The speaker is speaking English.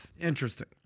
Interesting